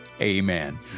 amen